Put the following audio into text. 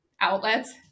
outlets